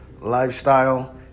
lifestyle